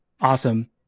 awesome